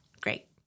Great